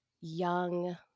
young